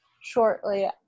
shortly